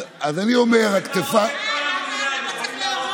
מה ייהרג, למה צריך להרוג?